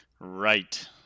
Right